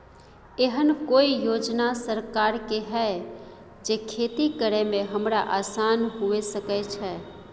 एहन कौय योजना सरकार के है जै खेती करे में हमरा आसान हुए सके छै?